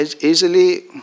easily